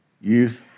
youth